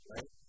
Right